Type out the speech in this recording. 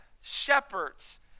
shepherds